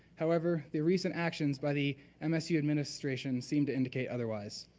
however, the recent actions by the and msu administration seem to indicate otherwise.